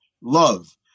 love